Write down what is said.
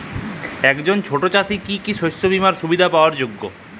একজন ছোট চাষি কি কি শস্য বিমার সুবিধা পাওয়ার যোগ্য?